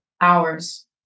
hours